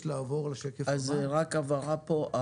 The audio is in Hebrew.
אז רק הבהרה פה,